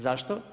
Zašto?